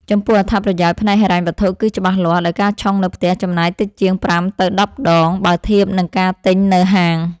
ចំពោះអត្ថប្រយោជន៍ផ្នែកហិរញ្ញវត្ថុគឺច្បាស់លាស់ ដោយការឆុងនៅផ្ទះចំណាយតិចជាង ៥ ទៅ ១០ ដង បើធៀបនឹងការទិញនៅហាង។